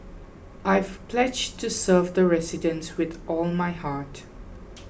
I've pledged to serve the residents with all my heart